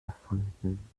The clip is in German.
erfunden